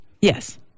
yes